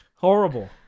Horrible